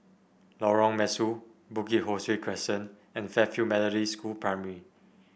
Lorong Mesu Bukit Ho Swee Crescent and Fairfield Methodist School Primary